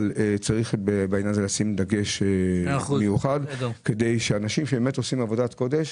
אבל צריך בעניין הזה לשים דגש מיוחד כדי שאנשים שבאמת עושים עבודת קודש